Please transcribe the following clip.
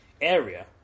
area